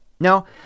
Now